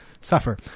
suffer